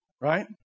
right